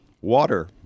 water